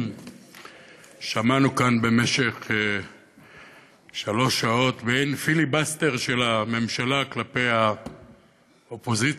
שמענו כאן במשך שלוש שעות מעין פיליבסטר של הממשלה כלפי האופוזיציה,